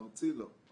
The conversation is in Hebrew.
ארצי, לא.